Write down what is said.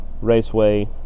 Raceway